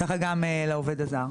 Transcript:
כך גם לעובד הזר.